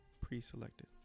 pre-selected